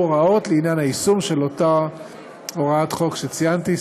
הוראות לעניין יישום הוראת החוק שציינתי,